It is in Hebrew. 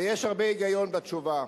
ויש הרבה היגיון בתשובה.